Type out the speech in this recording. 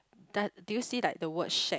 does do you see like the word shack